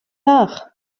nach